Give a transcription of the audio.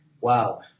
wow